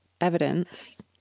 evidence